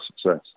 success